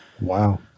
Wow